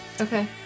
Okay